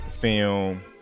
film